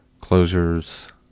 closures